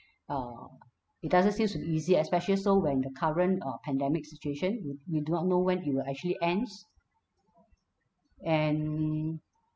err it doesn't seems to be easy especially so when the current uh pandemic situation we we do not know when it will actually ends and